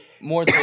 more